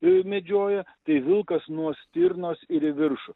medžioja tai vilkas nuo stirnos ir į viršų